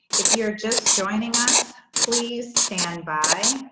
if you're just joining us, please stand by.